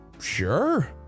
Sure